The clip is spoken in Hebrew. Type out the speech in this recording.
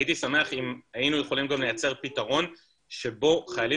הייתי שמח אם היינו יכולים גם לייצר פתרון שבו חיילים